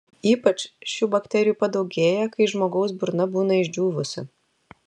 ypač šių bakterijų padaugėja kai žmogaus burna būna išdžiūvusi